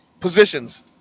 positions